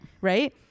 right